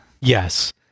Yes